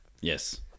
Yes